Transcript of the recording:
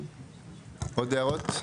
עוד הערות?